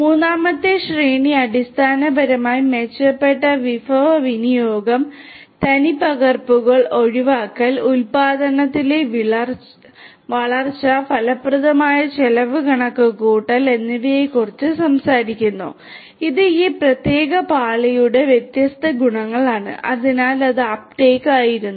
മൂന്നാമത്തെ ശ്രേണി അടിസ്ഥാനപരമായി മെച്ചപ്പെട്ട വിഭവ വിനിയോഗം തനിപ്പകർപ്പുകൾ ഒഴിവാക്കൽ ഉൽപാദനത്തിലെ വളർച്ച ഫലപ്രദമായ ചെലവ് കണക്കുകൂട്ടൽ എന്നിവയെക്കുറിച്ച് സംസാരിക്കുന്നു ഇത് ഈ പ്രത്യേക പാളിയുടെ വ്യത്യസ്ത ഗുണങ്ങളാണ് അതിനാൽ അത് അപ്ടേക്ക് ആയിരുന്നു